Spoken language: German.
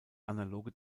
analoge